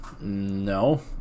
No